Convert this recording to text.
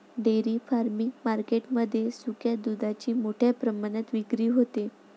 dairy farming market मध्ये सुक्या दुधाची मोठ्या प्रमाणात विक्री होते